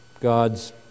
God's